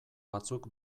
batzuk